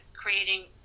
creating